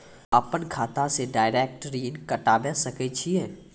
अपन खाता से डायरेक्ट ऋण कटबे सके छियै?